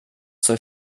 zur